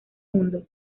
mundo